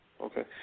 okay